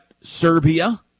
Serbia